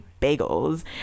bagels